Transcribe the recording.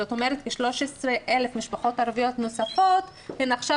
זאת אומרת כ-13,000 משפחות ערביות נוספות הן עכשיו